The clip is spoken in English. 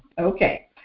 Okay